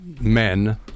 men